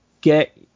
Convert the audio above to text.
Get